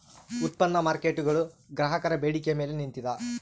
ಉತ್ಪನ್ನ ಮಾರ್ಕೇಟ್ಗುಳು ಗ್ರಾಹಕರ ಬೇಡಿಕೆಯ ಮೇಲೆ ನಿಂತಿದ